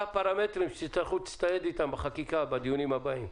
אלה הפרמטרים שתצטרכו להצטייד איתם בחקיקה בדיונים הבאים.